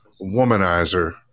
womanizer